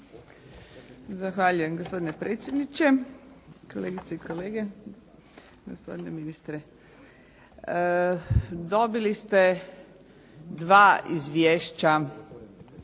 Zahvaljujem gospodine potpredsjedniče. Kolegice i kolege, gospodine ministre. Dobili ste dva izvješća